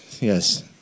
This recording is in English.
yes